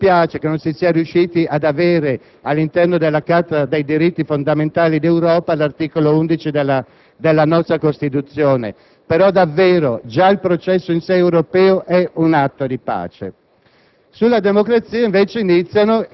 Sulla pace, aggiungo solo che mi spiace non si sia riusciti ad includere, all'interno della Carta dei diritti fondamentali dell'Europa, l'articolo 11 della nostra Costituzione; però già il processo europeo in sé è davvero un atto di pace.